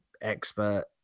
expert